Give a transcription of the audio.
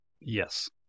Yes